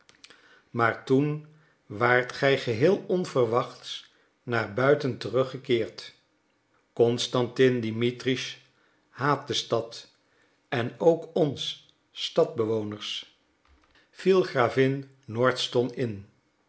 maar toen waart gij geheel onverwachts naar buiten terug gekeerd constantin dimitritsch haat de stad en ook ons stadbewoners viel gravin nordston in